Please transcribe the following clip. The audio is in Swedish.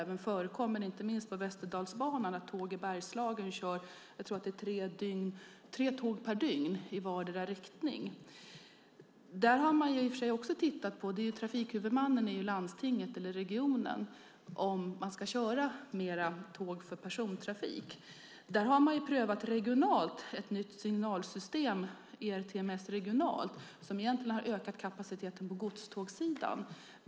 Det förekommer även att Tåg i Bergslagen kör tre tåg per dygn i vardera riktningen, tror jag att det är, på Västerdalsbanan. Där har man i och för sig också tittat på - trafikhuvudmannen är ju landstinget eller regionen - om man ska köra mer tåg för persontrafik. Man har regionalt prövat ett nytt signalsystem, ERTMS regionalt, som egentligen har ökat kapaciteten på godstågssidan.